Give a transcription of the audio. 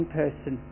person